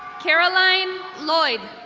caroline lloyd.